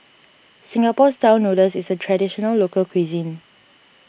Singapore Style Noodles is a Traditional Local Cuisine